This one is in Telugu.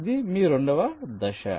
ఇది మీ రెండవ దశ